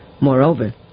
Moreover